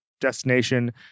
destination